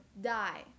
die